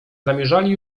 zamierzali